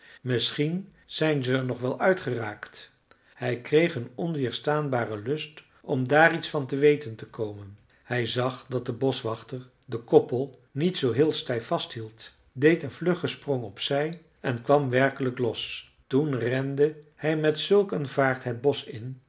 misschien zijn ze er nog wel uitgeraakt hij kreeg een onweerstaanbaren lust om daar iets van te weten te komen hij zag dat de boschwachter den koppel niet zoo heel stijf vasthield deed een vluggen sprong opzij en kwam werkelijk los toen rende hij met zulk een vaart het bosch in